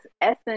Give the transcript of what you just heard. essence